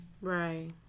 Right